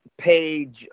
page